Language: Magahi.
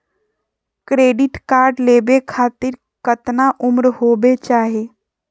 क्रेडिट कार्ड लेवे खातीर कतना उम्र होवे चाही?